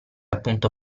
appunto